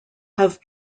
have